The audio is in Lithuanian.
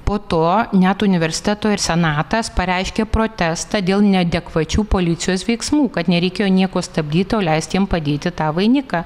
po to net universiteto ir senatas pareiškė protestą dėl neadekvačių policijos veiksmų kad nereikėjo nieko stabdyt o leist jiem padėti tą vainiką